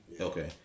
Okay